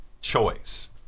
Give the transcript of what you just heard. choice